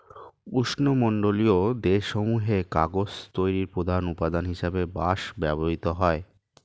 উষ্ণমণ্ডলীয় দেশ সমূহে কাগজ তৈরির প্রধান উপাদান হিসেবে বাঁশ ব্যবহৃত হয়